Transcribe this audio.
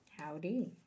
Howdy